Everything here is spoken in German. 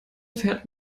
fährt